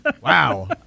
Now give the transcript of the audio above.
Wow